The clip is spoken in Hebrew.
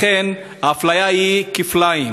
לכן האפליה היא כפליים.